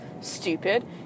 stupid